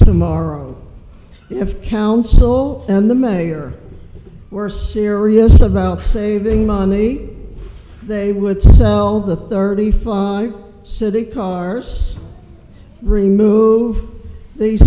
tomorrow if council and the mayor were serious about saving money they would sell the thirty five city cars remove the